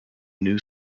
new